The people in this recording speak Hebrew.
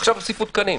עכשיו הוסיפו תקנים.